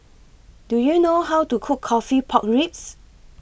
Do YOU know How to Cook Coffee Pork Ribs